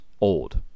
old